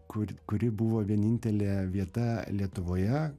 kur kuri buvo vienintelė vieta lietuvoje